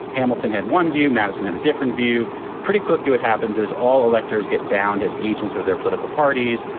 hamilton had one view. madison had a different view pretty quickly. it happens as all electors get bound, as agents of their political parties,